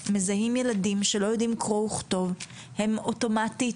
הוועדה מבקשת קודם כל שייצא מכתב כזה, משום